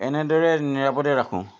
এনেদৰে নিৰাপদে ৰাখোঁ